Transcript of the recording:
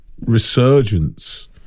resurgence